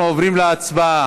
אנחנו עוברים להצבעה